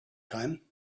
time